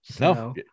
no